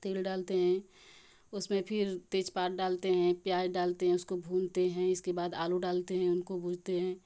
तेल डालते हैं उसमें फिर तेजपात डालते हैं प्याज़ डालते हैं उसको भूनते हैं इसके बाद आलू डालते हैं उनको भूजते हैं